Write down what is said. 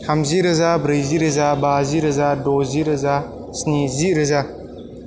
थामजि रोजा ब्रैजि रोजा बाजि रोजा द'जि रोजा स्निजि रोजा